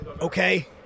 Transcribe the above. Okay